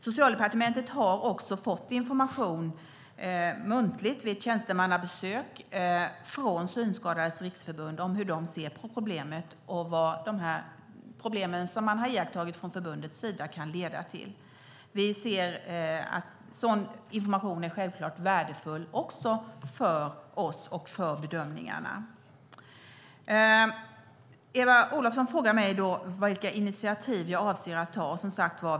Socialdepartementet har också vid ett tjänstemannabesök fått muntlig information från Synskadades Riksförbund om hur de ser på detta och om vad problemen man har iakttagit från förbundets sida kan leda till. Sådan information är givetvis också värdefull för oss och för bedömningarna. Eva Olofsson frågar vilka initiativ jag avser att ta.